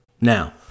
Now